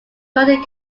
golden